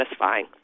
satisfying